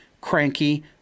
cranky